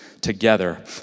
together